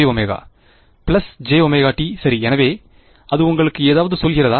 jωt சரி எனவே அது உங்களுக்கு ஏதாவது சொல்கிறதா